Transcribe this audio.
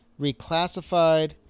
reclassified